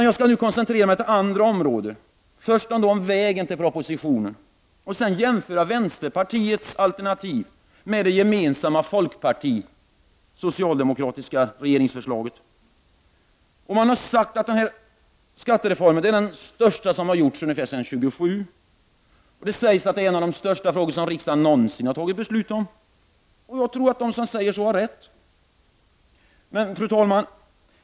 Jag skall koncentrera mig till andra områden, först till frågan om vägen till proposition, och sedan skall jag jämföra vänsterpartiets alternativ med det — Prot. 1989/90:140 gemensamma folkparti-regerings-förslaget. 13 juni 1990 Många har sagt att detta är den största skattereform som genomförts se dan 1927. Det sägs att detta är en av de största frågor som riksdagen någon Reformerad va sin har fattat beslut om. Jag tror att de som sagt så har rätt. komstoch företagsbeskattning Fru talman!